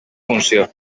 funció